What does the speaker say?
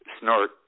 snort